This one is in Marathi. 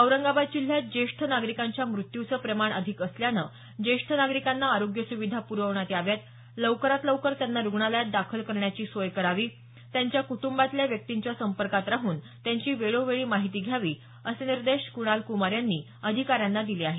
औरंगाबाद जिल्ह्यात ज्येष्ठ नागरिकांच्या मृत्यूचं प्रमाण अधिक असल्यानं ज्येष्ठ नागरिकांना आरोग्य सुविधा प्रवण्यात याव्या लवकरात लवकर त्यांना रुग्णालयात दाखल करण्याची सोय करावी त्यांच्या कुटुंबातल्या व्यक्तींच्या संपर्कात राहून त्यांची वेळोवेळी माहिती घ्यावी असे निर्देश कुणाल कुमार यांनी अधिकाऱ्यांना दिले आहेत